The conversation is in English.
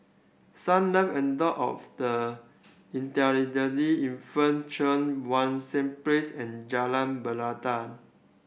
Sunlove Abode of the Intellectually Infirmed Cheang Wan Seng Place and Jalan Belangka